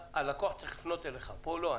הלקוח צריך לפנות אליך, פה לא.